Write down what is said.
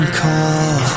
call